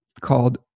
called